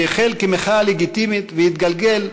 שהחל כמחאה לגיטימית והתגלגל,